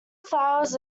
flowers